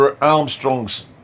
Armstrong's